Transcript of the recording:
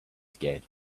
scared